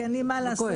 כי אני מה לעשות?